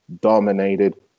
dominated